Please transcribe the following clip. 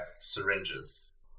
syringes